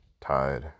tide